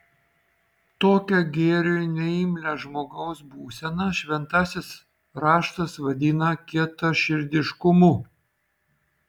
tokią gėriui neimlią žmogaus būseną šventasis raštas vadina kietaširdiškumu